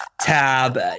tab